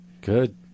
good